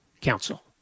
Council